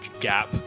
gap